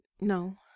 No